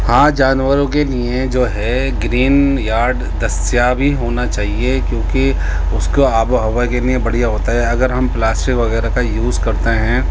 ہاں جانوروں کے لیے جو ہے گرین یارڈ دستیابی ہونا چاہیے کیونکہ اس کو آب و ہوا کے لیے بڑھیا ہوتا ہے اگر ہم پلاسٹر وغیرہ کا یوز کرتے ہیں